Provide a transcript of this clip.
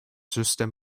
system